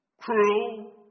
cruel